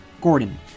Gordon